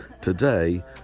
Today